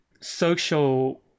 social